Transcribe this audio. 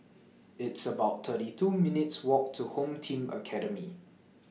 It's about thirty two minutes Walk to Home Team Academy